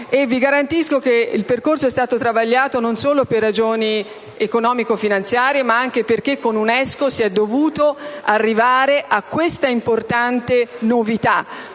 Vi garantisco che il percorso è stato travagliato non solo per ragioni economico-finanziarie, ma anche perché con l'UNESCO si è dovuto arrivare a questa importante novità.